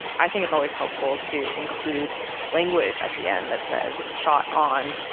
i think it's always helpful to include language at the end that says shot on